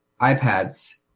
iPads